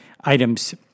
items